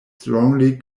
strongly